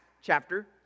chapter